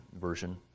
version